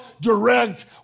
direct